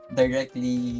directly